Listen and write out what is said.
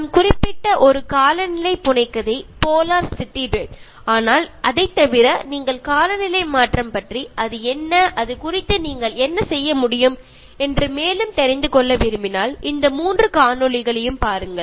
நான் குறிப்பிட்ட ஒரு காலநிலை புனைகதை போலார் சிட்டி ரெட் ஆனால் அதைத் தவிர நீங்கள் காலநிலை மாற்றம் பற்றி அது என்ன அது குறித்து நீங்கள் என்ன செய்ய முடியும் என்று மேலும் தெரிந்து கொள்ள விரும்பினால் இந்த மூன்று காணொளிகளையும் பாருங்கள்